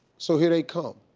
so here they come.